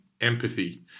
empathy